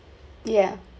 yeah